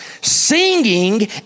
singing